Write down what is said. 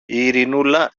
ειρηνούλα